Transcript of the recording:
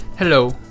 Hello